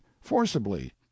forcibly